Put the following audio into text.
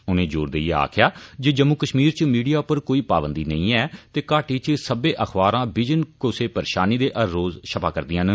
उनें जोर देइयै आखेआ जे जम्मू कश्मीर च मीडिया उप्पर कोई पाबंदी नेई ऐ ते घाटी च सब्बै अखबारां बिजन कुसा परेशानी दे हर रोज छपा करदिआं न